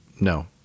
No